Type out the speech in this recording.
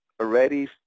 already